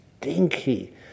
stinky